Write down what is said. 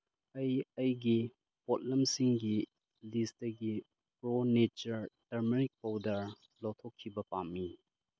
ꯑꯩ ꯑꯩꯒꯤ ꯄꯣꯠꯂꯝꯁꯤꯡꯒꯤ ꯂꯤꯁꯇꯒꯤ ꯄ꯭ꯔꯣ ꯅꯦꯆꯔ ꯇꯔꯃꯦꯔꯤꯛ ꯄꯥꯎꯗꯔ ꯂꯧꯊꯣꯛꯈꯤꯕ ꯄꯥꯝꯃꯤ